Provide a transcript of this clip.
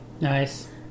Nice